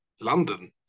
London